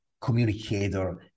communicator